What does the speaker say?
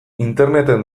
interneten